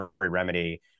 remedy